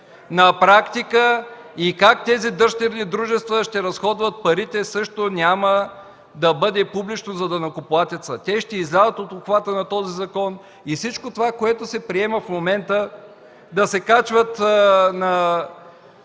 На практика как тези дъщерни дружества ще разходват парите също няма да бъде публично за данъкоплатеца. Те ще излязат от обхвата на този закон и всичко това, което се приема в момента – да се качват на